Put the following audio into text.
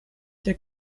der